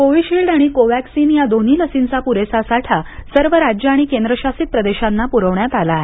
Covishield आणि Covaxin या दोन्ही लसींचा पुरेसा साठा सर्व राज्यं आणि केंद्रशासित प्रदेशांना पुरवण्यात आला आहे